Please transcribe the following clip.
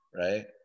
right